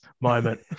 moment